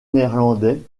néerlandais